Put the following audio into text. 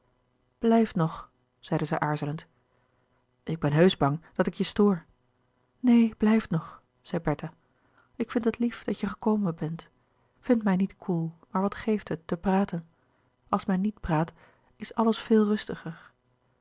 blijf nog zeide zij aarzelend ik ben heusch bang dat ik je stoor neen blijf nog zei bertha ik vind het lief dat je gekomen bent vind mij niet koel maar wat geeft het te praten als men niet praat is alles veel rustiger